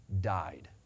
died